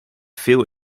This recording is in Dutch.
veel